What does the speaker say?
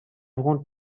want